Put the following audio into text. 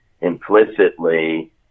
implicitly